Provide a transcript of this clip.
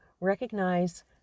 recognize